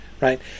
right